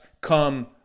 come